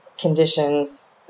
conditions